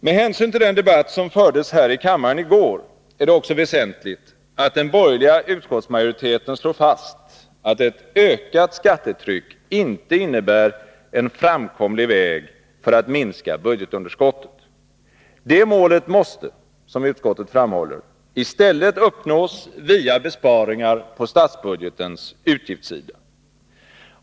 Med hänsyn till den debatt som fördes här i kammaren i går är det också väsentligt att den borgerliga utskottsmajoriteten slår fast att ett ökat skattetryck inte innebär en framkomlig väg för att minska budgetunderskottet. Det målet måste — som utskottet framhåller — i stället uppnås via besparingar på statsbudgetens utgiftssida.